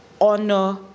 honor